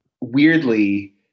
weirdly